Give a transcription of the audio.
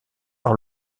par